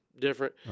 different